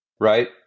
right